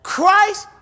Christ